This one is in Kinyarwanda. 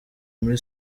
muri